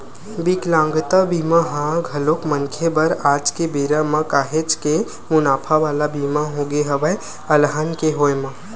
बिकलांगता बीमा ह घलोक मनखे बर आज के बेरा म काहेच के मुनाफा वाला बीमा होगे हवय अलहन के होय म